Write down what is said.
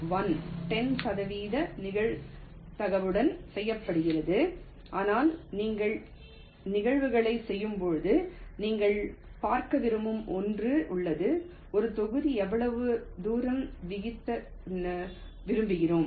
1 10 சதவிகித நிகழ்தகவுடன் செய்யப்படுகிறது ஆனால் நீங்கள் நகர்வுகளைச் செய்யும்போது நீங்கள் பார்க்க விரும்பும் ஒன்று உள்ளது ஒரு தொகுதி எவ்வளவு தூரம் விதிக்க விரும்புகிறோம்